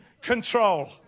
control